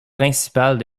principale